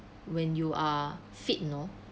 when you are fit you know